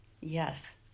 yes